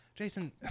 Jason